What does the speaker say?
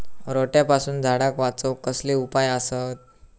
रोट्यापासून झाडाक वाचौक कसले उपाय आसत?